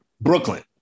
Brooklyn